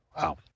Wow